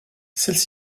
celles